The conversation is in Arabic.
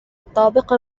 الطابق